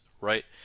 right